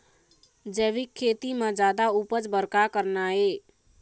जैविक खेती म जादा उपज बर का करना ये?